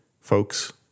folks